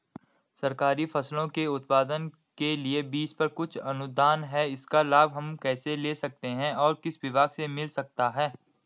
सरकारी फसलों के उत्पादन के लिए बीज पर कुछ अनुदान है इसका लाभ हम कैसे ले सकते हैं और किस विभाग से मिल सकता है?